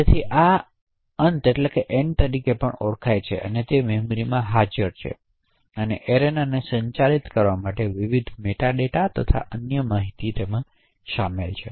તેથી આ અંત તરીકે પણ ઓળખાય છે અને તે મેમરીમાં હાજર છે અને એરેનાને સંચાલિત કરવા માટે વિવિધ મેટા ડેટા અને અન્ય માહિતી શામેલ છે